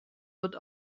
wird